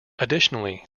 additionally